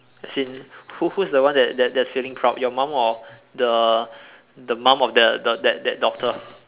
as in who who is the one that that is feeling proud your mum or the the mum of the the that that doctor